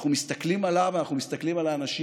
אנחנו מסתכלים עליו ואנחנו מסתכלים על האנשים